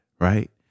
right